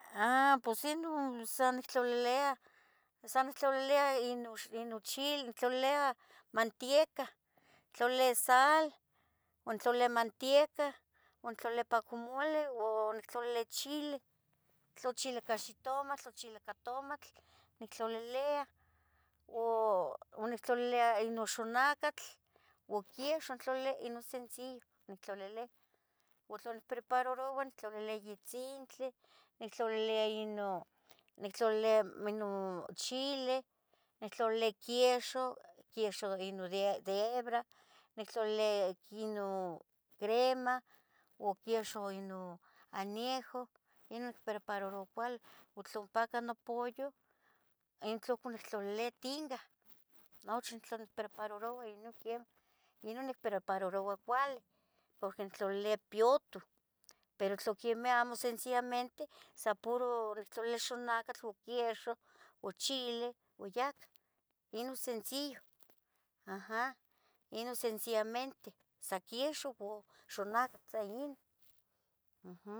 Ah pos ino sa nictlalulia sa nictlalilia ino chile, nitlalilia mantieca, tlalilia sal, uan in tlalilia mantieca, ua tlalilia pa con mule u nictlalilia chile, tla chile ca xitomatl u chile ca tomatl, nictlaluliah, u nictlalilia ino xonacatl u quiexoh intlalilia ino sencillo nictlalulia, u tla nicprepararoua nictlalilia yetzintli, nictlalilia nictlalilia, nictlalilia ino chile, nictlalilia quiexoh, quiexoh ino de hebra, nictlalilia ino crema u quiexoh ino añejo, ino nicprepararoua cuali, u tla ompacah no pollo in tla uhcon nictlalilia tinga, nuchi nictla nicprepararoua ino quiemah, ino nicprepararoua cuali, porque intlalilia piyutoh, pero tla quemeh amo, sencillamente, san puro nictlalilia xonacatl, ua quiexoh, ua chile, ua yacah, ino sencillo, aha ino sencillamente, san quiexoh ua xonacatl, san ino, aham.